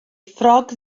ffrog